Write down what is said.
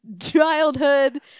childhood